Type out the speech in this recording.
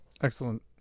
Excellent